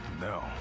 No